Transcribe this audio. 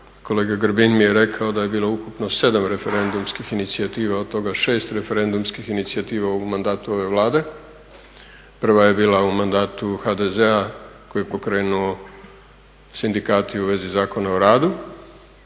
kolega Grbin mi je rekao da je bilo ukupno 7 referendumskih inicijativa, od toga 6 referendumskih inicijativa u mandatu ove Vlade. Prva je bila u mandatu HDZ-a koji je pokrenuo sindikati u vezi Zakona o radu.